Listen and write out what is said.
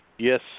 Yes